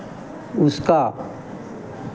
उसका